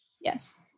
Yes